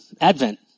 Advent